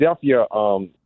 Philadelphia